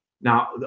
now